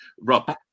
Rob